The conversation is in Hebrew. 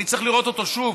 אני צריך לראות אותו שוב,